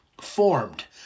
formed